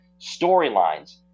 Storylines